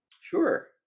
Sure